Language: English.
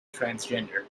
transgender